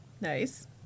Nice